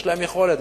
יש להם יכולת?